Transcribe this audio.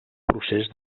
procés